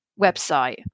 website